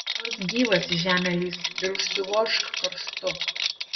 nors gyvas į žemę lįsk ir užsivožk karstu